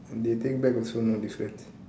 they take back also no difference